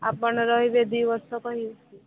ଆପଣ ରହିବେ ଦୁଇ ବର୍ଷ କହି